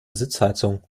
sitzheizung